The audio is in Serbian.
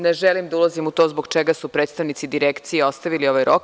Ne želim da ulazim u to zbog čega su predstavnici Direkcija ostavili ovaj rok.